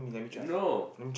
no